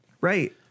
Right